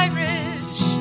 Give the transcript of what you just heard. Irish